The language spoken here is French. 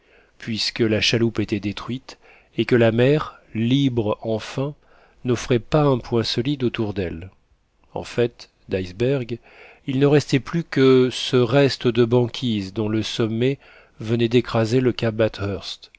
puisque la chaloupe était détruite et que la mer libre enfin n'offrait pas un point solide autour d'elle en fait d'icebergs il ne restait plus que ce reste de banquise dont le sommet venait d'écraser le cap